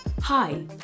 Hi